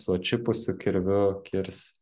su atšipusiu kirviu kirs